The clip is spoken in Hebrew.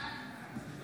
בעד